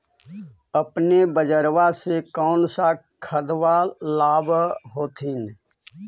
अपने बजरबा से कौन सा खदबा लाब होत्थिन?